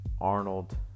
Arnold